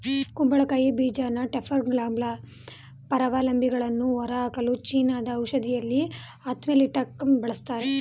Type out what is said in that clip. ಕುಂಬಳಕಾಯಿ ಬೀಜನ ಟೇಪ್ವರ್ಮ್ಗಳ ಪರಾವಲಂಬಿಗಳನ್ನು ಹೊರಹಾಕಲು ಚೀನಾದ ಔಷಧದಲ್ಲಿ ಆಂಥೆಲ್ಮಿಂಟಿಕಾಗಿ ಬಳಸ್ತಾರೆ